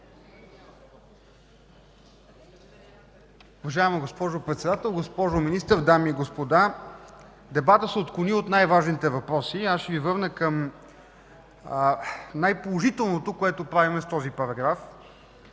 Уважаема госпожо Председател, госпожо Министър, дами и господа! Дебатът се отклони от най-важните въпроси и ще Ви върна към най-положителното, което правим в този параграф.